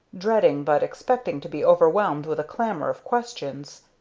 dreading but expecting to be overwhelmed with a clamor of questions.